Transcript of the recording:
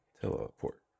Teleport